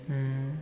mm